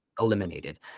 eliminated